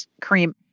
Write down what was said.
cream